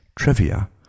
Trivia